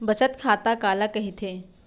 बचत खाता काला कहिथे?